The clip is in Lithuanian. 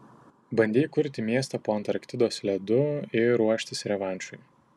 bandei įkurti miestą po antarktidos ledu ir ruoštis revanšui